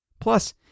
Plus